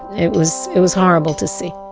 it was it was horrible to see